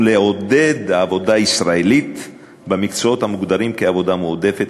ולעודד עבודה ישראלית במקצועות המוגדרים עבודה מועדפת,